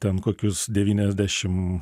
ten kokius devyniasdešim